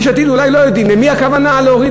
יש עתיד אולי לא יודעים ממי הכוונה להוריד